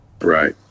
Right